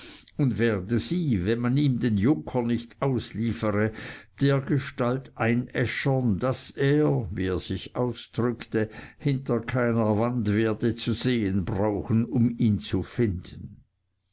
und werde sie wenn man ihm den junker nicht ausliefere dergestalt einäschern daß er wie er sich ausdrückte hinter keiner wand werde zu sehen brauchen um ihn zu finden